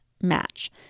match